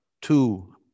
two